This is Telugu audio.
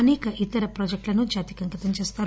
అనేక ఇతర ప్రాజెక్టులను జాతికి అంకితం చేస్తారు